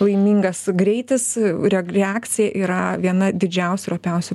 laimingas greitis reg reakcija yra viena didžiausiųir opiausių